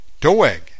Doeg